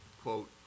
quote